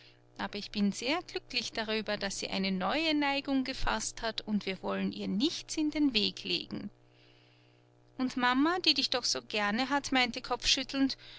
aber ich bin sehr glücklich darüber daß sie eine neue neigung gefaßt hat und wir wollen ihr nichts in den weg legen und mama die dich doch so gerne hat meinte kopfschüttelnd